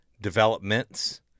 developments